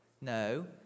No